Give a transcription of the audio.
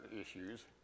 issues